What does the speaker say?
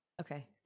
Okay